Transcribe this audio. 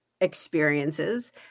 experiences